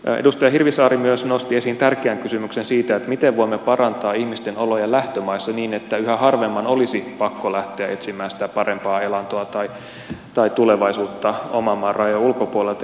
edustaja hirvisaari myös nosti esiin tärkeän kysymyksen siitä miten voimme parantaa ihmisten oloja lähtömaissa niin että yhä harvemman olisi pakko lähteä etsimään sitä parempaa elantoa tai tulevaisuutta oman maan rajojen ulkopuolelta